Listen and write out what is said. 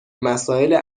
مسائل